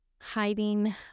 hiding